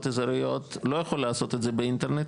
אזוריות לא יכול לעשות את זה באינטרנט,